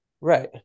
Right